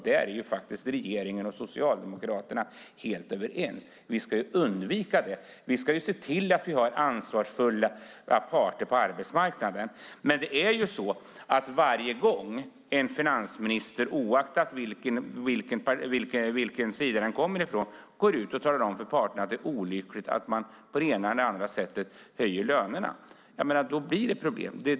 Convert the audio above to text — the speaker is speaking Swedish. Där är faktiskt regeringen och Socialdemokraterna helt överens. Vi ska undvika att driva upp inflationen. Vi ska se till att vi har ansvarsfulla parter på arbetsmarknaden. Men för varje gång en finansminister, oavsett vilken sida denna kommer ifrån, går ut och talar om för parterna att det är olyckligt att man på det ena eller andra sättet höjer lönerna blir det problem.